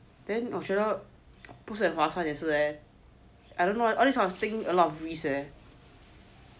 ya then Austrialia 不是很划算也是 leh I don't know all this kind of thing a lot risk leh